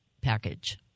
package